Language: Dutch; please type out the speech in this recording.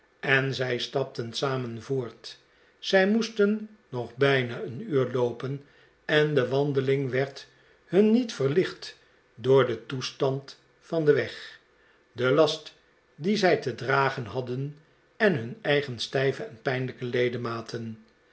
en zij stapten samen voort zij moestennog bijna een uur loopen en r de wandeling werd hun niet verlicht door den toestand van den weg den last dien zij te dragen hadden en hun eigen stijve en pijnlijke ledematen